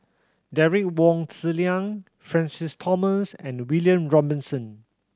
Derek Wong Zi Liang Francis Thomas and William Robinson